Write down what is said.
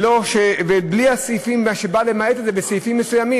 ובלי הסעיפים שבאים למעט את זה בסעיפים מסוימים?